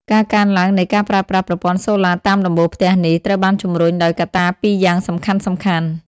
ការកើនឡើងនៃការប្រើប្រាស់ប្រព័ន្ធសូឡាតាមដំបូលផ្ទះនេះ ត្រូវបានជំរុញដោយកត្តាពីរយ៉ាងសំខាន់ៗ។